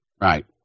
right